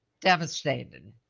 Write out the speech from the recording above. devastated